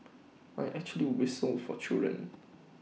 I actually whistle for children